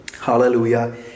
hallelujah